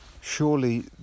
surely